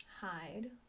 hide